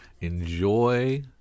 enjoy